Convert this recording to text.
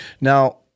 Now